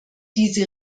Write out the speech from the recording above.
diese